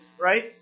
right